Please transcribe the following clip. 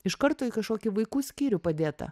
iš karto į kažkokį vaikų skyrių padėta